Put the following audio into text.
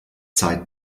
zeit